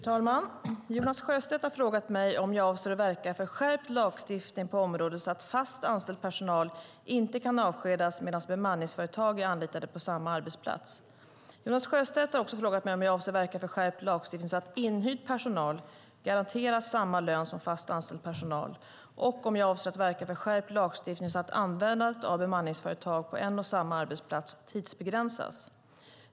Fru talman! Jonas Sjöstedt har frågat mig om jag avser att verka för skärpt lagstiftning på området så att fast anställd personal inte kan avskedas medan bemanningsföretag är anlitade på samma arbetsplats. Jonas Sjöstedt har också frågat mig om jag avser att verka för skärpt lagstiftning så att inhyrd personal garanteras samma lön som fast anställd personal och om jag avser att verka för skärpt lagstiftning så att användandet av bemanningsföretag på en och samma arbetsplats tidsbegränsas.